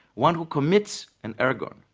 one who commits an ergon,